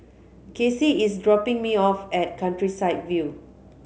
Kaycee is dropping me off at Countryside View